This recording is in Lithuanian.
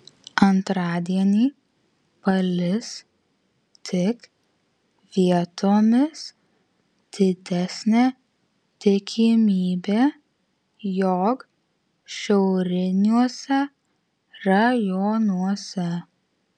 antradienį palis tik vietomis didesnė tikimybė jog šiauriniuose rajonuose